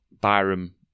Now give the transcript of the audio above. Byram